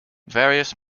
various